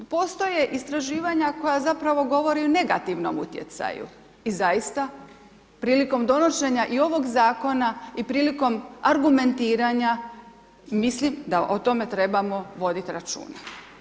Postoje istraživanja koja zapravo govore o negativnom utjecaju i zaista prilikom donošenja i ovog zakona i prilikom argumentiranja, mislim da o tome trebamo voditi računa.